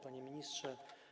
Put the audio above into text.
Panie Ministrze!